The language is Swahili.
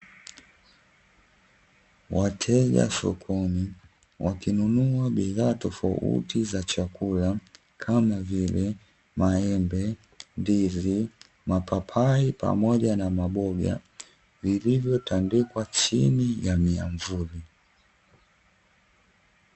Wateja sokoni wakinunua bidhaa tofauti za chakula kama vile maembe, ndizi, mapapai pamoja na maboga vilivyotandikwa chini ya miamvuli.